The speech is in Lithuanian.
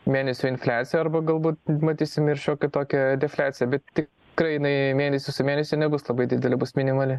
mėnesio infliaciją arba galbūt matysim ir šiokia tokia defliaciją bet tik tikrai mėnesis su mėnesiu nebus labai didelė bus minimali